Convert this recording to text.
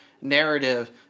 narrative